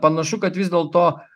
panašu kad vis dėlto